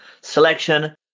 selection